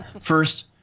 first